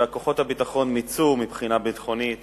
כוחות הביטחון מיצו מבחינה ביטחונית